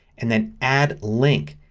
and then add link.